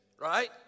Right